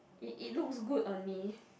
it it looks good on me